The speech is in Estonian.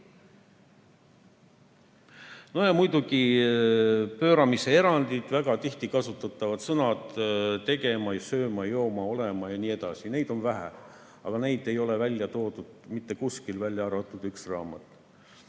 No ja muidugi pööramise erandid, väga tihti kasutatavad sõnad "tegema", "sööma", "jooma", "olema" ja nii edasi. Neid on vähe, aga neid ei ole mitte kuskil välja toodud, välja arvatud üks raamat.